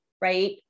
right